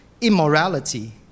immorality